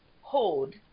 Hold